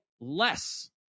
less